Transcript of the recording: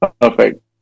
Perfect